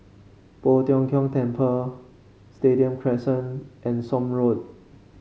Poh Tiong Kiong Temple Stadium Crescent and Somme Road